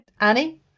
annie